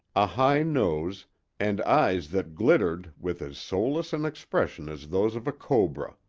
a high nose and eyes that glittered with as soulless an expression as those of a cobra.